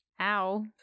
ow